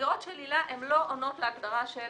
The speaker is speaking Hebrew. המסגרות של היל"ה לא עונות להגדרה של